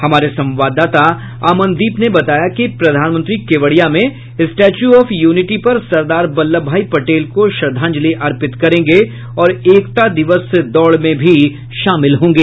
हमारे संवाददाता अमन दीप ने बताया कि प्रधानमंत्री केवड़िया में स्टैच्यू ऑफ यूनिटी पर सरदार वल्लभभाई पटेल को श्रद्धांजलि अर्पित करेंगे और एकता दिवस दौड़ में भी शामिल होंगे